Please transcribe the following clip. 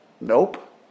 Nope